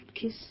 kiss